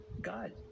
God